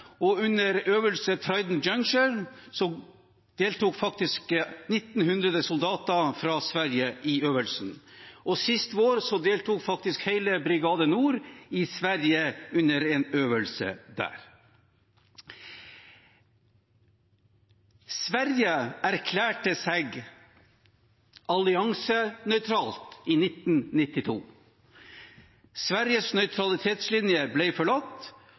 og i øvelsen Trident Juncture deltok 1 900 soldater fra Sverige. Sist vår deltok også hele Brigade Nord i Sverige under en øvelse der. Sverige erklærte seg alliansefritt i 1992. Sveriges nøytralitetslinje ble forlatt,